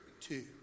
two